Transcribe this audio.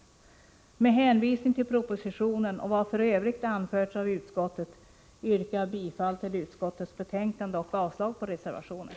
Med hänvisning till propositionen och vad f.ö. har anförts av utskottet yrkar jag bifall till utskottets hemställan och avslag på reservationen.